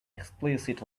explicit